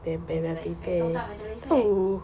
mandela effect you tahu tak mandela effect